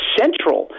central